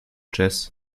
jazz